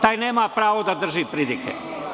Taj nema pravo da drži pridike.